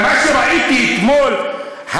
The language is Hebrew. אבל מה שראיתי אתמול,